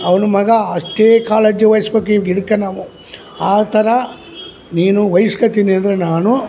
ಅವನು ಮಗ ಅಷ್ಟೇ ಕಾಳಜಿ ವಹಿಸ್ಬೇಕು ಈ ಗಿಡಕ್ಕ ನಾವು ಆ ತರ ನೀನು ವಹಿಸ್ಕೊತ್ತಿನಿ ಅಂದರೆ ನಾನು